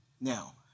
Now